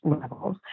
levels